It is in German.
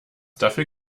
dafür